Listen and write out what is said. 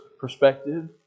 perspective